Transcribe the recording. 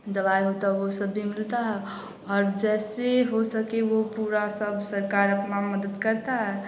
दवाई हो तो वह सब भी मिलता है और जैसे हो सके तो वह पूरा सब सरकार अपना मदद करता है